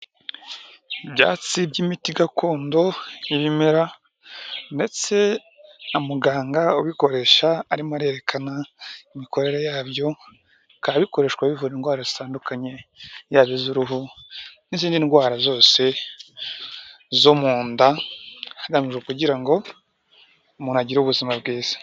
Ibyatsi by'imiti gakondo y'ibimera ndetse muganga ubikoresha arimo arerekana imikorere yabyo, bikaba bikoreshwa bivura indwara zitandukanye yaba iz'uruhu, n'izindi ndwara zose zo mu nda hagamijwe kugira ngo umuntu agire ubuzima bwiza.